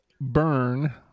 burn